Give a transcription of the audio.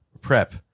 prep